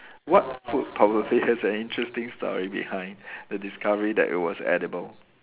what food probably has an interesting story behind the discovery that it was edible